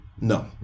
No